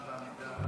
בבקשה.